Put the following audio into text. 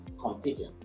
competing